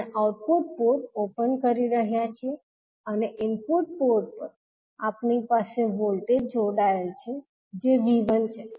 આપણે output port open કરી રહ્યા છીએ અને ઇનપુટ પોર્ટ પર આપણી પાસે વોલ્ટેજ જોડાયેલ છે જે 𝐕1 છે